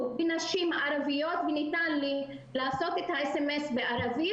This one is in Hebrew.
בנשים ערביות וניתן לשלוח את הסמס בערבית.